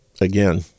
again